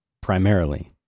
primarily